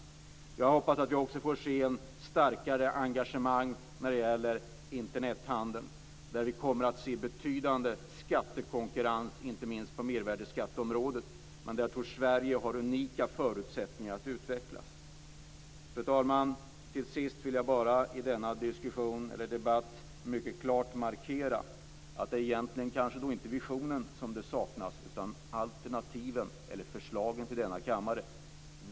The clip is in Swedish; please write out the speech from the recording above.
Jag hoppas att vi också får se ett starkare engagemang när det gäller Internethandeln, där vi kommer att se betydande skattekonkurrens, inte minst på mervärdesskatteområdet, men där jag tror att Sverige har unika förutsättningar att utvecklas. Fru talman! Till sist vill jag bara i denna debatt mycket klart markera att det egentligen kanske inte är visionen som saknas utan alternativen eller förslagen till denna kammare.